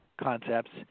concepts